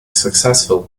successful